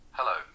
Hello